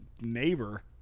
neighbor